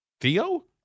theo